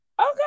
Okay